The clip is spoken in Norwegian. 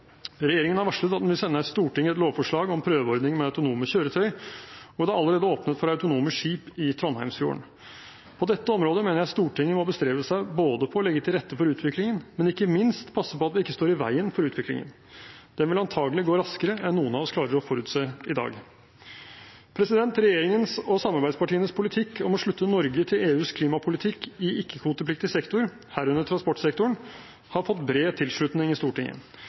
Regjeringen har varslet at den vil sende Stortinget et lovforslag om en prøveordning med autonome kjøretøy, og det er allerede åpnet for autonome skip i Trondheimsfjorden. På dette området mener jeg Stortinget må bestrebe seg både på å legge til rette for utviklingen og ikke minst på å passe på at vi ikke står i veien for utviklingen. Den vil antakelig gå raskere enn noen av oss klarer å forutse i dag. Regjeringens og samarbeidspartienes politikk om å slutte Norge til EUs klimapolitikk i ikke-kvotepliktig sektor – herunder transportsektoren – har fått bred tilslutning i Stortinget.